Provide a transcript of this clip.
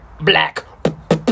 black